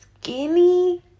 skinny